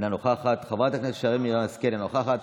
אינה נוכחת,